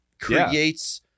creates